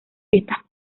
fiestas